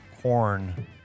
corn